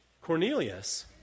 Cornelius